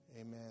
amen